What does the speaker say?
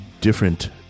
different